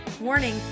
Warning